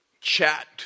chat